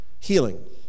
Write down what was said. healing